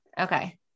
Okay